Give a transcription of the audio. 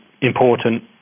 important